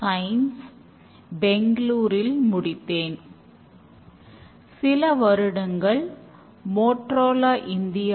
நிறைய செயல்முறைகள் எiஐலின் கீழ் வருகின்றன